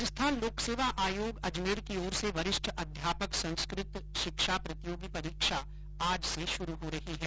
राजस्थान लोकसेवा आयोग अजमेर की ओर से वरिष्ठ अध्यापक संस्कृत शिक्षा प्रतियोगी परीक्षा आज से शुरू हो रही है